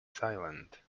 silent